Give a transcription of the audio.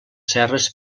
serres